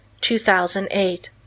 2008